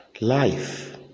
Life